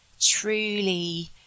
truly